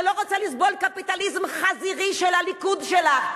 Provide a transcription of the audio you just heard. ולא רוצה לסבול את הקפיטליזם החזירי של הליכוד שלה.